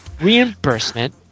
reimbursement